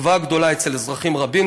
תקווה גדולה אצל אזרחים רבים,